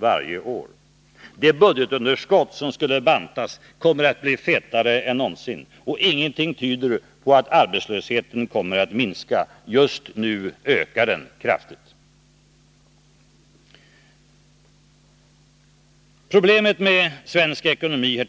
varje år. Det budgetunderskott som skulle bantas kommer att bli fetare än någonsin. Ingenting tyder på att arbetslösheten kommer att minska. Just nu ökar den kraftigt. Problemet med svensk ekonomi